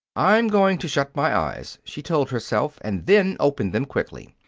i'm going to shut my eyes, she told herself, and then open them quickly.